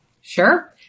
Sure